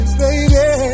baby